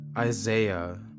Isaiah